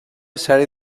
sèrie